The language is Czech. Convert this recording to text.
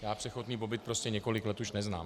Já přechodný pobyt prostě už několik let neznám.